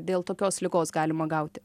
dėl tokios ligos galima gauti